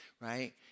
right